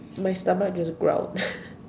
my stomach just growled